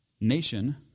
Nation